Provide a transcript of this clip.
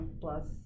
plus